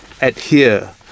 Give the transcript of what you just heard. adhere